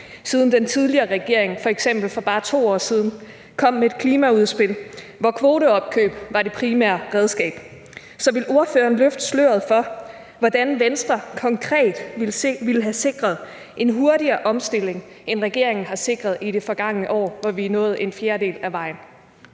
siden den tidligere regering f.eks. for bare 2 år siden kom med et klimaudspil, hvor kvoteopkøb var det primære redskab. Så vil ordføreren løfte sløret for, hvordan Venstre konkret ville have sikret en hurtigere omstilling, end regeringen har sikret i det forgangne år, hvor vi er nået en fjerdedel af vejen?